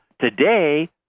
today